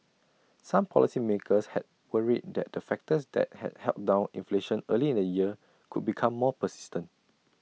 some policymakers had worried that the factors that had held down inflation early in the year could become more persistent